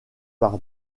par